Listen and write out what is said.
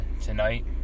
tonight